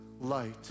light